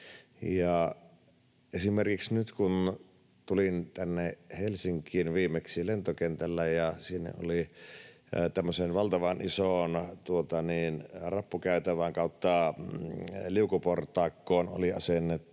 Esimerkiksi nyt, kun tulin tänne Helsinkiin viimeksi lentokentälle, sinne oli tämmöiseen valtavaan isoon rappukäytävään/liukuportaikkoon asennettu